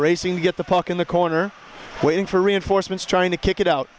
racing get the puck in the corner waiting for reinforcements trying to kick it out